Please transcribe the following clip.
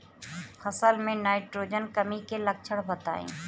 फसल में नाइट्रोजन कमी के लक्षण बताइ?